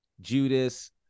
Judas